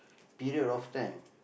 period of time